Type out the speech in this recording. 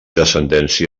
descendència